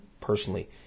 personally